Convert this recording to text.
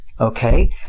Okay